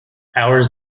ours